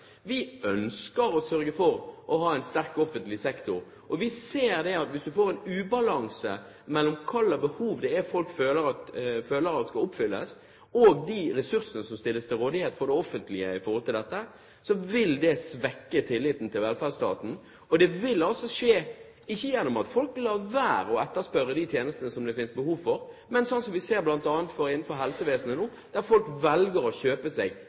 vi har i helsevesenet, i eldreomsorgen. Vi ønsker å ha en sterk offentlig sektor, og vi ser at hvis man får ubalanse mellom hvilke behov folk føler må dekkes, og de ressursene som stilles til rådighet for det offentlige, så vil det svekke tilliten til velferdsstaten. Det vil altså skje, ikke gjennom at folk lar være å etterspørre de tjenestene som det finnes behov for, men sånn som det vi bl.a. ser innenfor helsevesenet nå, at de som har råd, velger å kjøpe seg